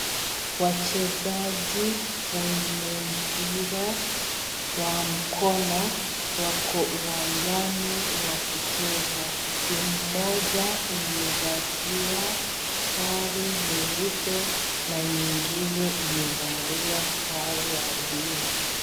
Wachezaji wenye mpira wa mkono, wako uwanjani wakicheza. Timu moja imevalia sare nyeupe na nyingine imevalia sare ya blue .